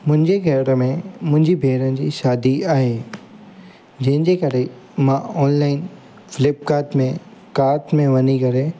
मुंहिंजे घर में मुंहिंजी भेण जी शादी आहे जंहिंजे करे मां ऑनलाइन फ्लिपकाट में काट में वञी करे